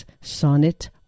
Sonnet